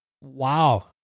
Wow